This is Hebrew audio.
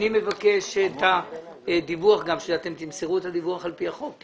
את הדיווח, שתמסרו את הדיווח על פי החוק.